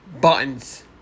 Buttons